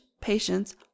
patience